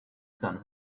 son